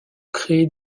créer